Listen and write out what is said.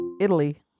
Italy